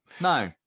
No